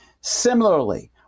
Similarly